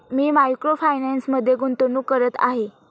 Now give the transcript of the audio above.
मी micro फायनान्समध्ये गुंतवणूक करत आहे